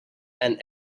and